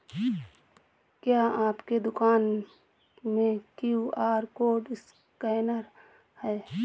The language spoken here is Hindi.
क्या आपके दुकान में क्यू.आर कोड स्कैनर है?